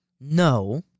No